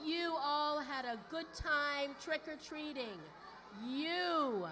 you all had a good time trick or treating you